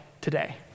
today